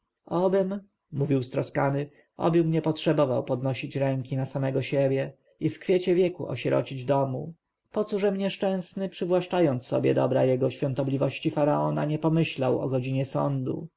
duszy obym mówił stroskany obym nie potrzebował podnieść ręki na samego siebie i w kwiecie wieku osierocić domu pocóżem nieszczęsny przywłaszczając sobie dobra jego świątobliwości faraona nie pomyślał o godzinie sądu